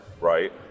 right